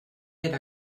era